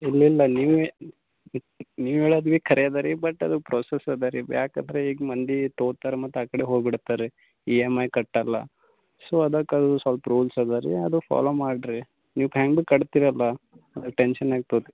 ಇಲ್ಲಿ ಇಲ್ಲ ನೀವೇ ನೀವು ಹೇಳೋದು ರೀ ಕರೆ ಅದಾ ರೀ ಬಟ್ ಅದು ಪ್ರೋಸೆಸ್ ಅದಾ ರೀ ಬ್ಯಾಕ್ ಹತ್ರ ಈಗ ಮಂದಿ ತಗೊತಾರೆ ಮತ್ತು ಆ ಕಡೆ ಹೋಗಿ ಬಿಡ್ತಾರೆ ಈ ಎಮ್ ಐ ಕಟ್ಟಲ್ಲ ಸೊ ಅದಕ್ಕೆ ಅದು ಸ್ವಲ್ಪ ರೂಲ್ಸ್ ಅದಾ ರೀ ಅದು ಫಾಲೋ ಮಾಡಿರಿ ನೀವು ಟೈಮಿಗೆ ಕಟ್ತೀರಲ್ಲ ಟೆನ್ಶನ್ ಆಗ್ತದೆ